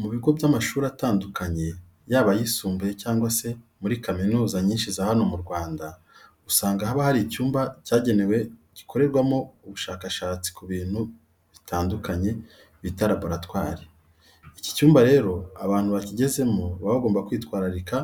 Mu bigo by'amashuri atandukanye yaba mu yisumbuye cyangwa se muri kaminuza nyinshi za hano mu Rwanda, usanga haba hari icyumba cyagenwe gikorerwamo ubushakashatsi ku bintu bitandukanye bita laboratwari. Iki cyumba rero abantu bakigezemo baba bagomba kwitwararika